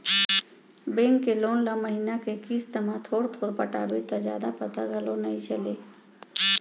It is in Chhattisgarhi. बेंक के लोन ल महिना के किस्त म थोर थोर पटाबे त जादा पता घलौ नइ चलय